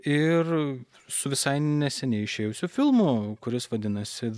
ir su visai neseniai išėjusiu filmu kuris vadinasi